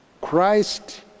Christ